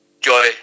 Joy